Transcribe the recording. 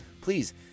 Please